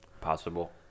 Possible